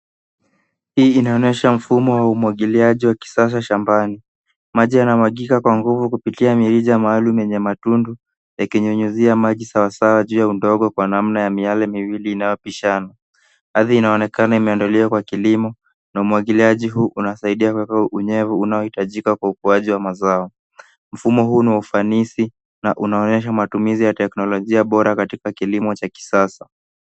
Hii inaonyesha mfumo wa umwagiliaji wa kisasa shambani. Maji yanamwagika kwa nguvu kupitia mirija maalum yenye matundu yakinyunyizia maji sawasawa juu ya udongo kwa namna ya miale miwili inayopishana. Ardhi inaonekana imeandaliwa kwa kilimo na umwagiliaji huu unasaidia kuweka unyevu unaohitajika kwa ukuaji wa mazao. Mfumo huu una ufanisi na unaonyesha matumizi ya teknolojia bora katika kilimo cha kisasa.